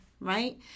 right